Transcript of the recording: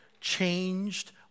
changed